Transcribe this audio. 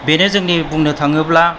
बेनो जोंनि बुंनो थाङोब्ला